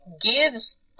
gives